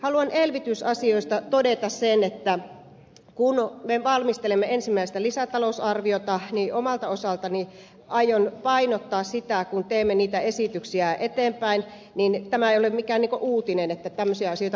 haluan elvytysasioista todeta sen että kun me valmistelemme ensimmäistä lisätalousarviota niin omalta osaltani aion painottaa sitä kun teemme niitä esityksiä eteenpäin ettei tämä mikään uutinen ole että tämmöisiä asioita painotetaan